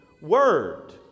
word